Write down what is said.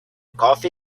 coffee